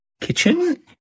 kitchen